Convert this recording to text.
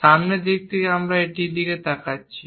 সামনের দিক থেকে আমরা এটির দিকে তাকাচ্ছি